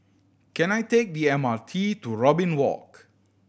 can I take the M R T to Robin Walk